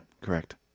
correct